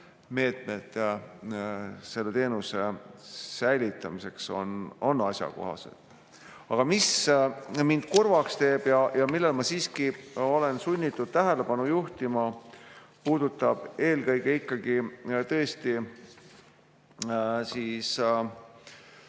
meetmed selle teenuse säilitamiseks on asjakohased. Aga mis mind kurvaks teeb ja millele ma siiski olen sunnitud tähelepanu juhtima, puudutab eelkõige ikkagi riigi